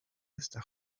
esta